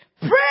pray